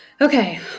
okay